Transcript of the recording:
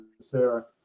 Sarah